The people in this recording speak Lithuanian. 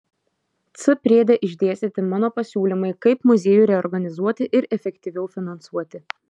c priede išdėstyti mano pasiūlymai kaip muziejų reorganizuoti ir efektyviau finansuoti